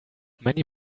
many